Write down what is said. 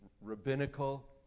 rabbinical